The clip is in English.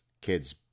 kids